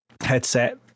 headset